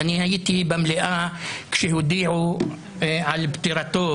אני הייתי במליאה כשהודיעו על פטירתו,